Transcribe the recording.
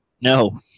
No